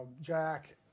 Jack